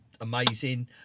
amazing